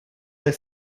del